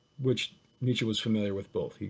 which nietzsche was familiar with both,